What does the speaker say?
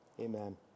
amen